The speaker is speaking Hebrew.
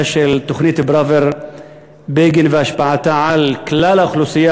של תוכנית פראוור-בגין והשפעתה על כלל האוכלוסייה